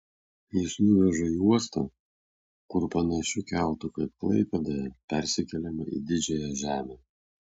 jis nuveža į uostą kur panašiu keltu kaip klaipėdoje persikeliama į didžiąją žemę